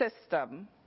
system